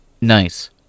Nice